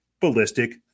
ballistic